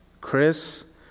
Chris